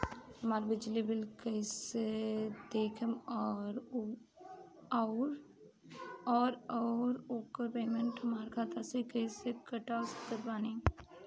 हमार बिजली बिल कईसे देखेमऔर आउर ओकर पेमेंट हमरा खाता से कईसे कटवा सकत बानी?